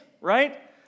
right